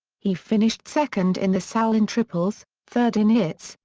he finished second in the sal in triples, third in hits,